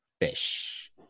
fish